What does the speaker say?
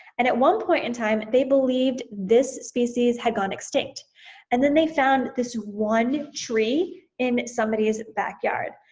and at one point in time they believed this species had gone extinct and then they found this one tree in somebody's backyard.